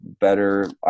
better